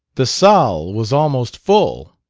the salle was almost full!